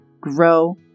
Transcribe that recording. grow